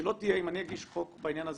שאם אני אגיש חוק בעניין הזה,